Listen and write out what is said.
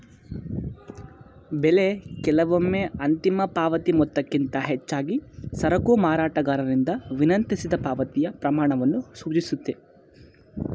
ಬೆಲೆ ಕೆಲವೊಮ್ಮೆ ಅಂತಿಮ ಪಾವತಿ ಮೊತ್ತಕ್ಕಿಂತ ಹೆಚ್ಚಾಗಿ ಸರಕು ಮಾರಾಟಗಾರರಿಂದ ವಿನಂತಿಸಿದ ಪಾವತಿಯ ಪ್ರಮಾಣವನ್ನು ಸೂಚಿಸುತ್ತೆ